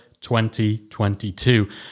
2022